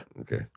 Okay